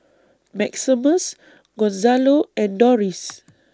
Maximus Gonzalo and Doris